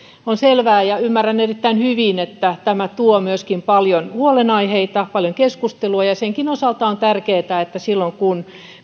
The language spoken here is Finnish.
on selvää ja ymmärrän erittäin hyvin että tämä tuo myöskin paljon huolenaiheita paljon keskustelua senkin osalta on tärkeää että silloin kun